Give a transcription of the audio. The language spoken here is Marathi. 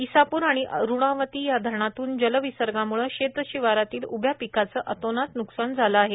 ईसापूर आणि अरुणावती या धरणातून जलविसर्गामुळे शेतशिवारातील उभ्या पिकाचे अतोनात न्कसान झाले आहे